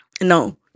no